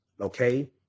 okay